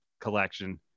collection